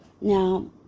Now